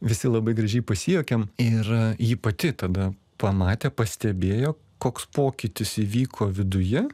visi labai gražiai pasijuokėm ir ji pati tada pamatė pastebėjo koks pokytis įvyko viduje